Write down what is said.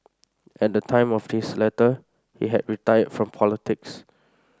at the time of his letter he had retired from politics